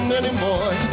anymore